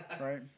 Right